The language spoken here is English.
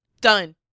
Done